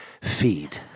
feed